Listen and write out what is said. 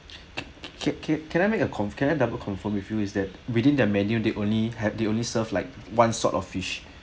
can can I make a con~ can I double confirm with you is that within their menu they only had they only serve like one sort of fish